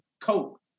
coke